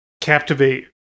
captivate